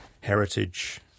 heritage